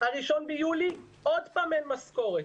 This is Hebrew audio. שב-1 ביולי עוד פעם אין משכורת.